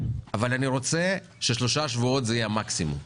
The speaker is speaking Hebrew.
אבל אני רוצה ששלושה שבועות זה יהיה המקסימום,